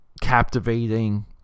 captivating